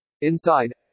Inside